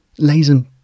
Lazen